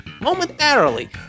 momentarily